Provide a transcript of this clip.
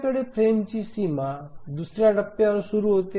आपल्याकडे फ्रेमची सीमा दुसर्या टप्प्यावर सुरू होते